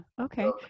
Okay